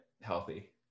healthy